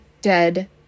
dead